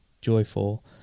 joyful